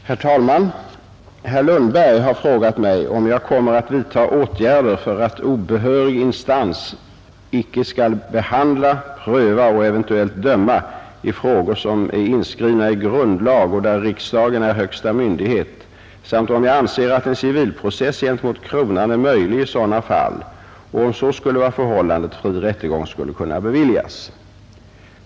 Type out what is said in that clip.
Herr talman! Herr Lundberg har frågat mig, om jag kommer att vidtaga åtgärder för att obehörig instans icke skall behandla, pröva och eventuellt döma i frågor som är inskrivna i grundlag och där riksdagen är högsta myndighet samt om jag anser att en civilprocess gentemot kronan är möjlig i sådana fall och, om så skulle vara förhållandet, fri rättegång skulle kunna beviljas.